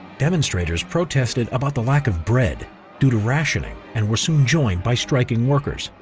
demonstrators protested about the lack of bread due to rationing and were some joined by striking workers.